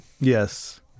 Yes